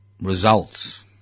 results